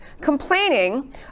complaining